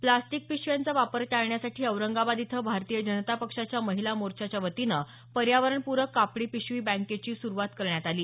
plastic पिशव्यांचा वापर टाळण्यासाठी औरंगाबाद इथं भारतीय जनता पक्षाच्या महिला मोर्चाच्या वतीनं पर्यावरणप्रक कापडी पिशवी बँकेची सुरुवात करण्यात आली